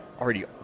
already